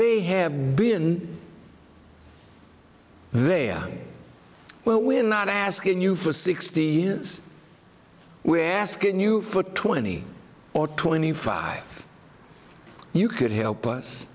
they have been there well we're not asking you for sixty years we're asking you for twenty or twenty five you could help